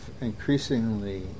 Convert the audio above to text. increasingly